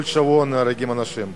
כל שבוע נהרגים אנשים,